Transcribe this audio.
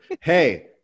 hey